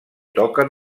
toquen